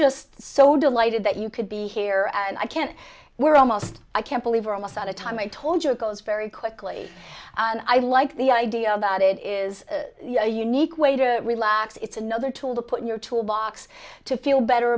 just so delighted that you could be here and i can't we're almost i can't believe we're almost out of time i told you it goes very quickly and i like the idea that it is a unique way to relax it's another tool to put in your tool box to feel better